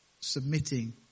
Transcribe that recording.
Submitting